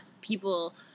people